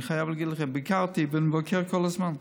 אני חייב להגיד לכם, ביקרתי ואני מבקר שם כל הזמן.